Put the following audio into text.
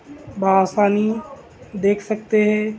بہ آسانی دیکھ سکتے ہیں